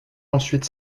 ensuite